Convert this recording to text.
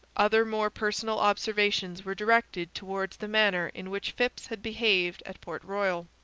other more personal observations were directed towards the manner in which phips had behaved at port royal.